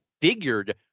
figured